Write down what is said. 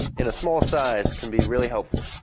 in a small size can be really helpful.